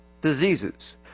diseases